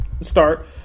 start